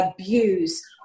abuse